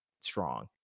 strong